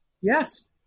Yes